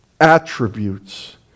attributes